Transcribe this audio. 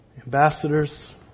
ambassadors